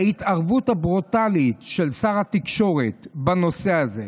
ההתערבות הברוטלית של שר התקשורת בנושא הזה,